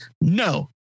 No